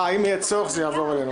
אם יהיה צורך זה יעבור אלינו.